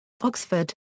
Oxford